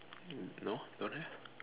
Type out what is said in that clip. no don't have